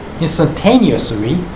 instantaneously